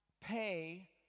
pay